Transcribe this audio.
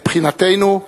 מבחינתנו,